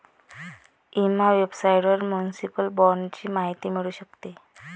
Emma वेबसाइटवर municipal बाँडची माहिती मिळू शकते